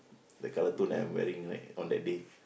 the color tone I'm wearing right on that day